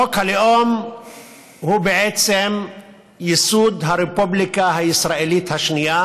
חוק הלאום הוא בעצם ייסוד הרפובליקה הישראלית השנייה.